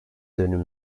dönüm